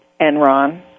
Enron